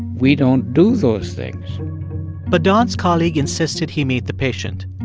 we don't do those things but don's colleague insisted he meet the patient.